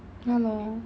ya lor